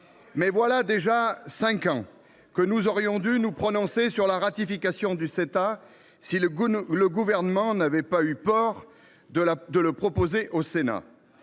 Voilà déjà cinq ans que nous aurions dû nous prononcer sur la ratification du Ceta, si le Gouvernement n’avait pas eu peur de le soumettre au Sénat.